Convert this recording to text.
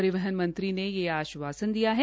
परिपहन मंत्री ने यह आश्वासन दिया है